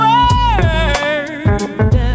Word